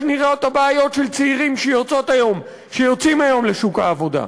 איך נראות הבעיות של צעירים שיוצאים היום לשוק העבודה.